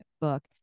book